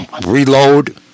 Reload